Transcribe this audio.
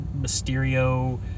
Mysterio